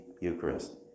Eucharist